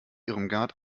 irmgard